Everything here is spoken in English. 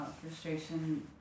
Frustration